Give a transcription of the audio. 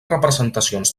representacions